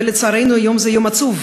ולצערנו יום זה הוא יום עצוב.